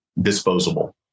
disposable